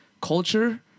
culture